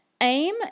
Aim